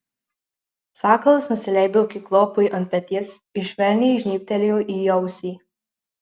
sakalas nusileido kiklopui ant peties ir švelniai žnybtelėjo į ausį